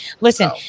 listen